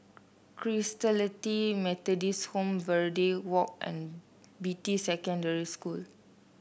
Christalite Methodist Home Verde Walk and Beatty Secondary School